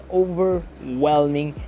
overwhelming